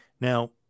Now